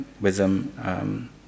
wisdom